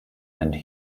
and